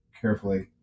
carefully